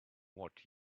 what